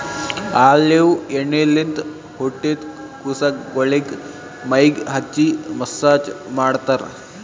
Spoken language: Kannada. ಆಲಿವ್ ಎಣ್ಣಿಲಿಂತ್ ಹುಟ್ಟಿದ್ ಕುಸಗೊಳಿಗ್ ಮೈಗ್ ಹಚ್ಚಿ ಮಸ್ಸಾಜ್ ಮಾಡ್ತರ್